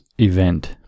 event